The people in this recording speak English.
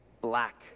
black